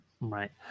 right